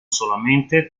solamente